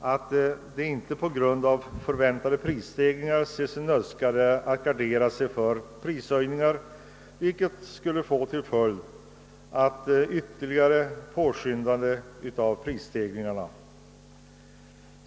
att de inte på grund av förväntade prisstegringar ser sig nödsakade att gardera sig för prishöjningar, vilket skulle få till följd att prisstegringarna ytterligare påskyndades.